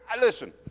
Listen